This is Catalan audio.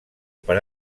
per